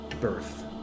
birth